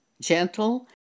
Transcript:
gentle